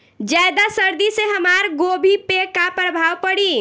ज्यादा सर्दी से हमार गोभी पे का प्रभाव पड़ी?